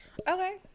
Okay